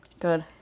Good